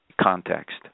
context